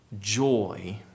joy